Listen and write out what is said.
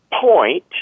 point